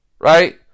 right